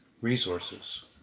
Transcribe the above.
resources